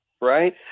Right